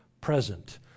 present